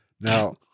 Now